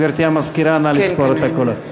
גברתי המזכירה, נא לספור את הקולות.